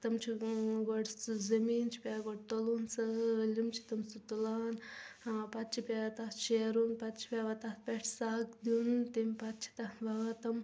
تِم چھِ گۄڈٕ سُہ زمیٖن چھُ پیٚوان گۄڈٕ تُلُن سٲلِم چھِ تِم سُہ تُلان ٲں پتہِ چھُ پیٚوان تتھ شیرُن پتہٕ چھُ پیٚوان تتھ پٮ۪ٹھ سگ دیُن تمہِ پتہٕ چھِ تتھ ووان تِم